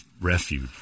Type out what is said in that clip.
refuge